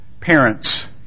parents